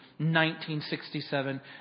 1967